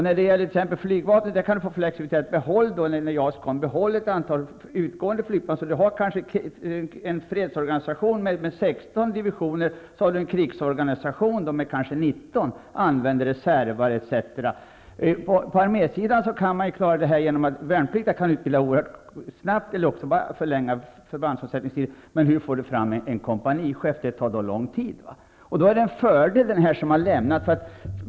När det gäller flygvapnet kan vi få flexibilitet när JAS kommer, genom att behålla ett antal utgående flygplan så att vi får en fredsorganisation med 16 divisioner och en krigsorganisation med kanske 19 divisioner. Man kan använda reservofficerare etc. På armésidan kan vi klara detta genom att värnpliktiga kan utbildas oerhört snabbt eller också kan vi förlänga förbandsomsättningstiden, men det tar lång tid att få fram en kompanichef. Då är det en fördel om människor lämnar försvaret.